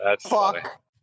fuck